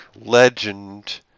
legend